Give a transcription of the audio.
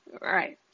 right